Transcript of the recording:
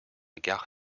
gare